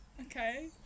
okay